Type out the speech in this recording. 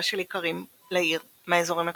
של איכרים לעיר מהאזורים הכפריים.